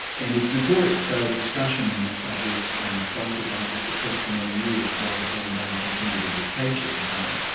and it's notorious though discussion of this and scholarship on it was suppressed for many years while the kuomintang continued a dictatorship in taiwan.